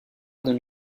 donne